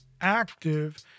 active